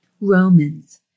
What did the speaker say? Romans